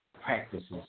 practices